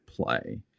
play